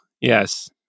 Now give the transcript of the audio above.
yes